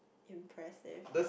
impressive